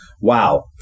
wow